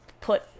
put